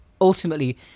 ultimately